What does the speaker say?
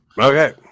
Okay